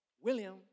William